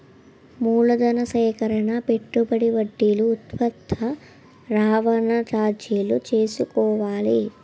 మూలధన సేకరణ పెట్టుబడి వడ్డీలు ఉత్పత్తి రవాణా చార్జీలు చూసుకోవాలి